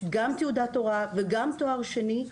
גם תעודת הוראה וגם תואר שני,